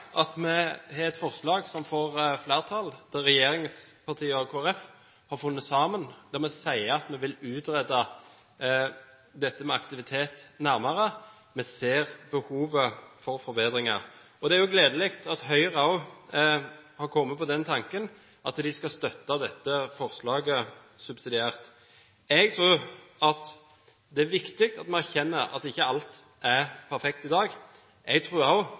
at vi har et forslag som får flertall, der regjeringspartiene og Kristelig Folkeparti har funnet sammen, der vi sier at vi vil utrede dette med aktivitet nærmere. Vi ser behovet for forbedringer. Det er jo gledelig at Høyre har kommet på den tanken at de skal støtte dette forslaget subsidiært. Jeg tror det er viktig at vi erkjenner at ikke alt er perfekt i dag. Jeg tror også det er viktig at vi har faktabaserte og